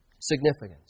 significance